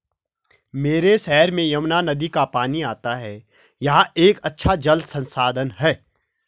मेरे शहर में यमुना नदी का पानी आता है यह एक अच्छा जल संसाधन है